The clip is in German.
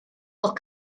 noch